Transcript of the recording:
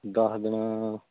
ਦਸ ਦਿਨ